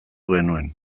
genuen